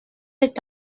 est